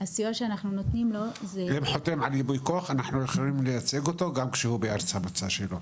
אנחנו ככוח יכולים לייצג אותו גם כשהוא בארץ המוצא שלו.